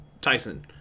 Tyson